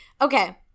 okay